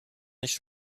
nicht